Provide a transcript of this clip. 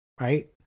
right